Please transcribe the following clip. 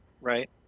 right